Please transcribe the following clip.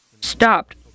stopped